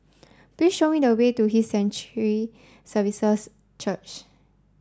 please show me the way to His Sanctuary Services Church